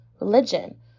religion